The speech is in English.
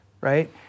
right